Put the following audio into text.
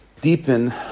deepen